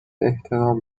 احترام